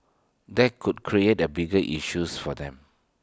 that could create the bigger issues for them